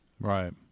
Right